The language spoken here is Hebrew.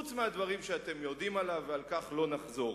חוץ מהדברים שאתם יודעים עליו ועל כך לא נחזור.